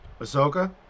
Ahsoka